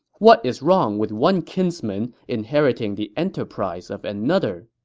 what is wrong with one kinsman inheriting the enterprise of another?